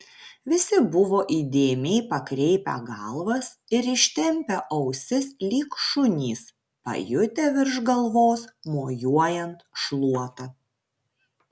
visi buvo įdėmiai pakreipę galvas ir ištempę ausis lyg šunys pajutę virš galvos mojuojant šluota